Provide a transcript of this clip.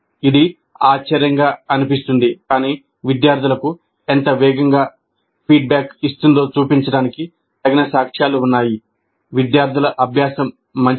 ఇది ఆశ్చర్యంగా అనిపిస్తుంది కాని విద్యార్థులకు ఎంత వేగంగా ఫీడ్బ్యాక్ ఇస్తుందో చూపించడానికి తగిన సాక్ష్యాలు ఉన్నాయి విద్యార్థుల అభ్యాసం మంచిది